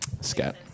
Scat